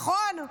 נכון?